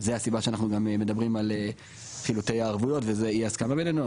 זו הסיבה שגם אנחנו מדברים על חילוטי הערבויות וזה אי ההסכמה בינינו,